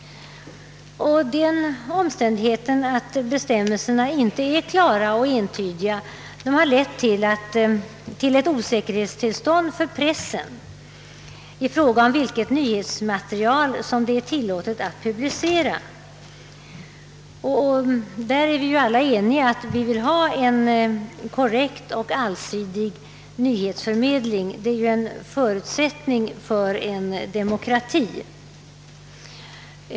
Den omständigheten att bestämmelserna inte är klara och entydiga har lett till ett osäkerhetstillstånd för pressen i fråga om vilket nyhetsmaterial som det är tilllåtet att publicera. Alla är vi eniga om att vilja ha en korrekt och allsidig nyhetsförmedling, vilket är en nödvändighet i en demokrati.